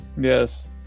Yes